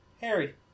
Harry